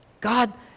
God